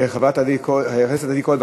חברת הכנסת עדי קול,